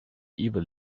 evil